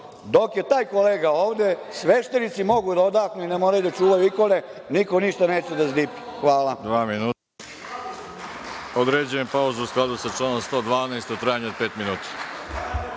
dok je taj kolega ovde sveštenici mogu da odahnu i ne moraju da čuvaju ikone, niko ništa neće da zdipi.